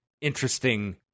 interesting